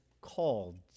called